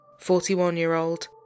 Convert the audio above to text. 41-year-old